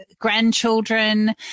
grandchildren